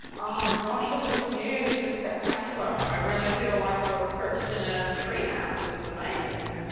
oh, gosh, look at this view. this is spectacular. i really feel like we're perched in a tree house. it's amazing.